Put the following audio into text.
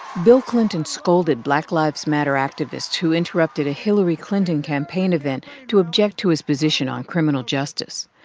bill clinton scolded black lives matter activists who interrupted a hillary clinton campaign event to object to his position on criminal justice.